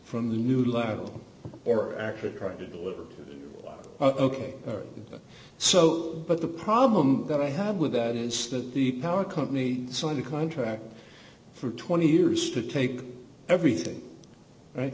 from the new level or actually try to deliver ok so but the problem that i have with that is that the power company signed a contract for twenty years to take everything